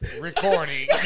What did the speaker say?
Recording